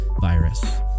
virus